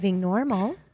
Normal